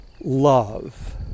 love